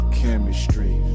chemistry